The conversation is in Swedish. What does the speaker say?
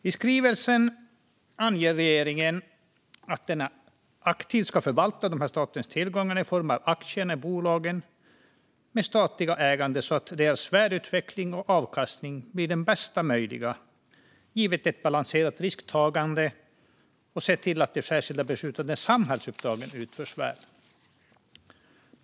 I skrivelsen anger regeringen att den aktivt ska förvalta statens tillgångar i form av aktierna i bolagen med statligt ägande så att deras värdeutveckling och avkastning blir den bästa möjliga, givet ett balanserat risktagande, samt se till att de särskilt beslutade samhällsuppdragen utförs väl.